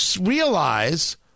realize